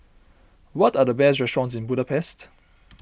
what are the best restaurants in Budapest